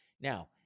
Now